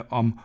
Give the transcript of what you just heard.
om